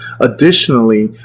Additionally